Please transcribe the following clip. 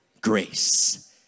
grace